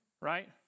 right